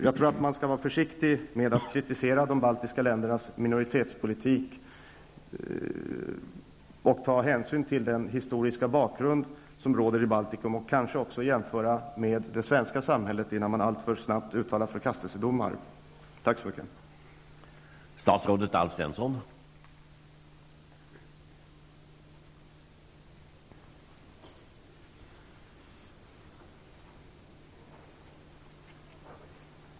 Jag tror att man skall vara försiktig med att kritisera de baltiska ländernas minoritetspolitik. Man skall ta hänsyn till den historiska bakgrund som föreligger i Baltikum samt kanske också jämföra med det svenska samhället, innan man alltför snabbt uttalar förkastelsedomar.